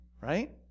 Right